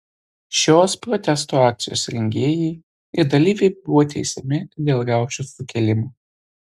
šios protesto akcijos rengėjai ir dalyviai buvo teisiami dėl riaušių sukėlimo